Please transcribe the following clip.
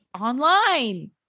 Online